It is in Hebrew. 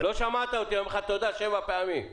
לא שמעת אותי, אמרתי לך תודה שבע פעמים.